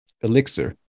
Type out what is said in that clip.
elixir